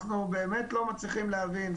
אנחנו באמת לא מצליחים להבין,